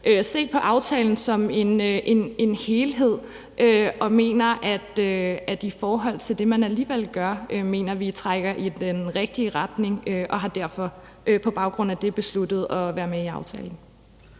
set på aftalen som en helhed og mener, at man i forhold til det, man alligevel gør, trækker i den rigtige retning. Derfor har vi på baggrund af det besluttet at være med i aftalen.